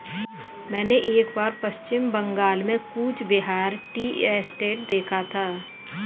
मैंने एक बार पश्चिम बंगाल में कूच बिहार टी एस्टेट देखा था